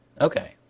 Okay